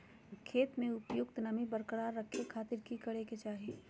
खेत में उपयुक्त नमी बरकरार रखे खातिर की करे के चाही?